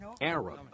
Arab